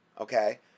Okay